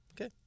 Okay